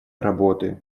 работы